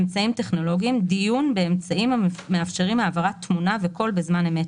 "אמצעים טכנולוגיים" דיון באמצעים המאפשרים העברת תמונה וקול בזמן אמת,